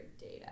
data